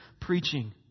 preaching